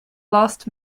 last